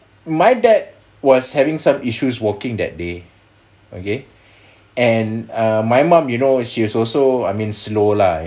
my dad was having some issues walking that day okay and err my mum you know she is also I mean slow lah